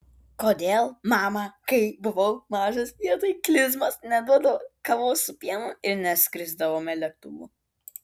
kodėl mama kai buvau mažas vietoj klizmos neduodavo kavos su pienu ir neskrisdavome lėktuvu